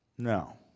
no